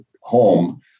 home